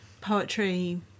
poetry